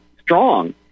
strong